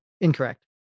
incorrect